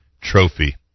Trophy